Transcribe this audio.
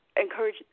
encourage